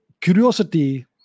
curiosity